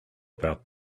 about